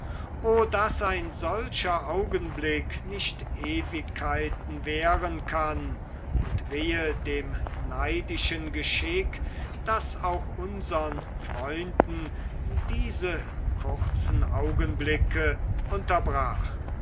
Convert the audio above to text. o daß ein solcher augenblick nicht ewigkeiten währen kann und wehe dem neidischen geschick das auch unsern freunden diese kurzen augenblicke unterbrach